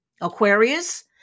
Aquarius